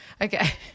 Okay